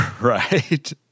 Right